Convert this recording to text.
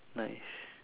nice